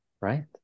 right